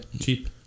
cheap